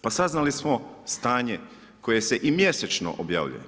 Pa saznali smo ostaje, koje se i mjesečno objavljuje.